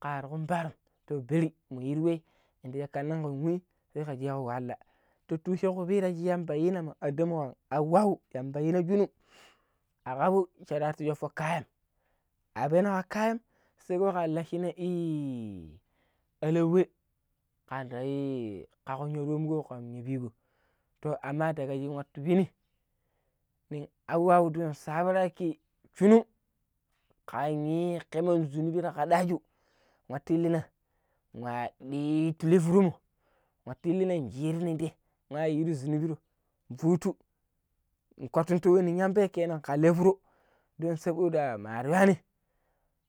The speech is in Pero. ﻿kar kun parom to bari mun yiri wai yanda kanan kan wai sai ka shego wahalla ti tusha kupira shi yamba yinan ma adamu kan hauwau yamba yina shunu akkabu sharratu shoffo kayam a peno ka kayam saiko kan lashina ii alau wai kanda ii kakkon ya romgo kan yappi go too amma dagashin watu peni nin hauwau don sabaraki shunu kanii keman zunubi ti kadaju.wattu illi na wa ditili furon mo wati illinn shiri nin tee wa yiru zunubiroo futtu nkotuntu wai nin yambai kenan kan lefuro du sabo da mar yuwani